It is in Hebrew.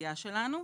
האוכלוסייה שלנו.